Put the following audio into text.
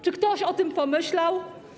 Czy ktoś o tym pomyślał?